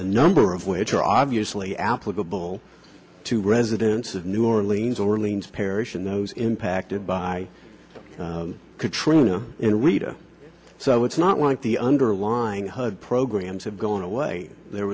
a number of which are obviously applicable to residents of new orleans orleans parish and those impacted by katrina and rita so it's not like the underlying programs have gone away there